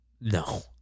No